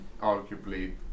arguably